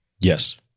Yes